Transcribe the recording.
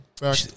back